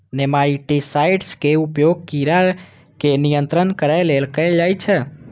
nematicides के उपयोग कीड़ा के नियंत्रित करै लेल कैल जाइ छै